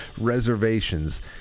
Reservations